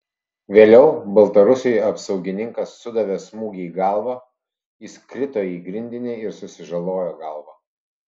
vėliau baltarusiui apsaugininkas sudavė smūgį į galvą jis krito į grindinį ir susižalojo galvą